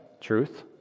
truth